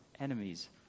enemies